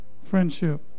friendship